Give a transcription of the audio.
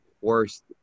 worst